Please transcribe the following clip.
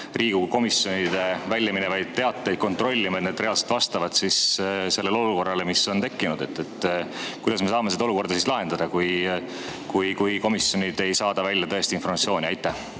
komisjonide välja minevaid teateid kontrollima, et need reaalselt vastaks sellele olukorrale, mis on tekkinud. Kuidas me saame seda olukorda lahendada, kui komisjonid ei saada välja tõest informatsiooni? Aitäh,